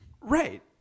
Right